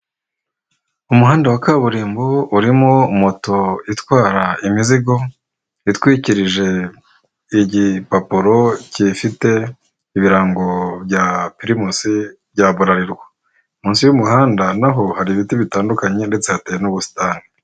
Umuhanda wa kaburimbo urimo moto itwara imizigo, itwikirije igipapuro kifite ibirango bya pirimusi bya burarirwa, munsi y'umuhanda naho hari ibiti bitandukanye ndetse hateye n'ubusitani.